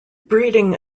breeding